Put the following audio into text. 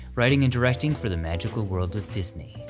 writing and directing for the magical world of disney.